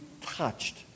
touched